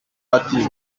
ati